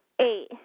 Eight